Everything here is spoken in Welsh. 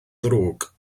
ddrwg